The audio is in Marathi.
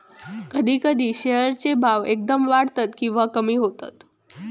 कधी कधी शेअर चे भाव एकदम वाढतत किंवा कमी होतत